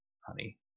honey